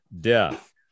death